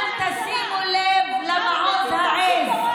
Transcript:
אל תשימו לב למעוז העז.